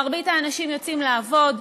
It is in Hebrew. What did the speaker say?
מרבית האנשים יוצאים לעבוד,